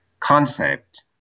concept